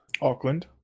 Auckland